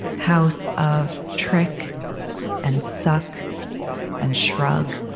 house of trick and suck and shrug.